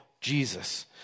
Jesus